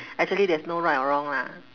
actually there's no right or wrong lah